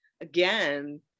again